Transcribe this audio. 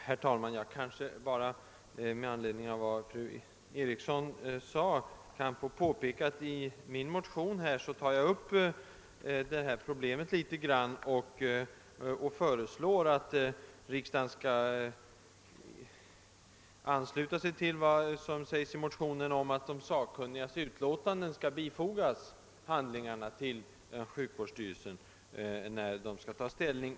Herr talman! Med anledning av fru Erikssons i Stockholm inlägg kanske jag bara kan få påpeka, att jag i min motion har tagit upp detta problem och föreslagit, att riksdagen skulle uttala, att de sakkunnigas utlåtanden bör bifogas handlingarna till sjukvårdsstyrelserna, när dessa skall ta ställning.